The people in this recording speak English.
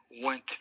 went